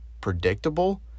predictable